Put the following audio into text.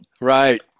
Right